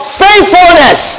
faithfulness